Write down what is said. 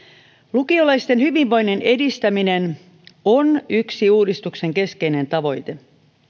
lukiolaisten hyvinvoinnin edistäminen on yksi uudistuksen keskeinen tavoite